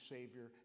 Savior